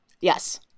Yes